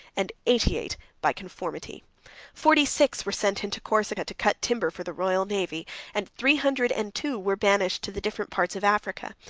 and eighty-eight by conformity forty-six were sent into corsica to cut timber for the royal navy and three hundred and two were banished to the different parts of africa,